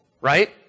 right